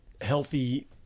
healthy